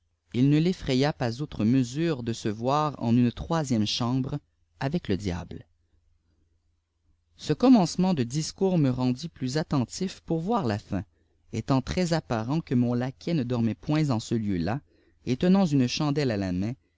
il ne l'effraya pas outre mesure de se voir en une troisième chambre avec le diable ce commencement de discours me rendit plus attentif pourvoir la fin étant très apparent que mon laquais ne dormait point en ce heu là et tenant une chandelle à la main